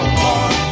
more